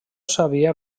sabia